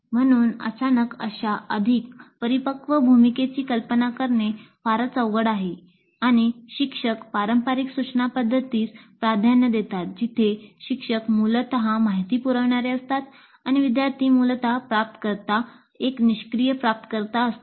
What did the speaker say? म्हणून अचानक अशा अधिक परिपक्व भूमिकेची कल्पना करणे फारच अवघड आहे आणि शिक्षक पारंपारिक सूचना पद्धतीस प्राधान्य देतात जिथे शिक्षक मूलत माहिती पुरविणारे असतात आणि विद्यार्थी मूलत प्राप्तकर्ता एक निष्क्रिय प्राप्तकर्ता असतो